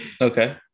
Okay